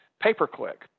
pay-per-click